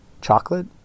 chocolate